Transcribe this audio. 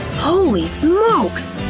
holy smokes!